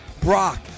Brock